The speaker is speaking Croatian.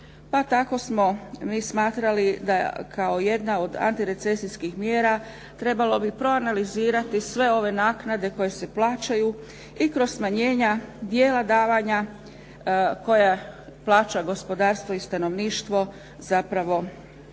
pa tako smo mi smatrali da kao jedna od antirecesijskih mjera trebalo bi proanalizirati sve ove naknade koje se plaćaju i kroz smanjenja dijela davanja koja plaća gospodarstvo i stanovništvo zapravo